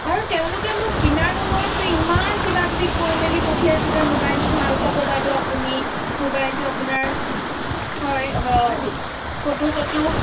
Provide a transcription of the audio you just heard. আৰু তেওঁলোকে মোক কিনাৰ সময়ততো ইমান কিবাকিবি কৈ মেলি পঠিয়াইছে যে মোবাইলটো ভাল পাব বাইদেউ আপুনি মোবাইলটো আপোনাৰ হয় ফটো চটো